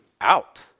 out